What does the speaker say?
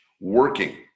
working